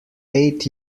eight